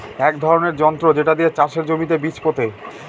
এক ধরনের যন্ত্র যেটা দিয়ে চাষের জমিতে বীজ পোতে